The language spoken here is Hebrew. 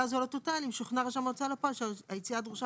לא תוטל אם שוכנע רשם ההוצאה לפועל ששהיציאה דרושה